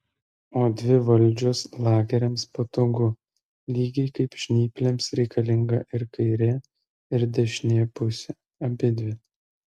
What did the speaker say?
o dvi valdžios lageriams patogu lygiai kaip žnyplėms reikalinga ir kairė ir dešinė pusė abidvi